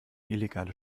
illegale